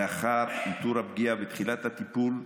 לאחר איתור הפגיעה ותחילת הטיפול,